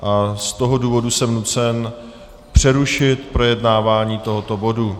Z toho důvodu jsem nucen přerušit projednávání tohoto bodu.